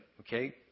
okay